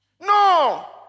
No